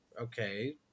Okay